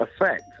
effect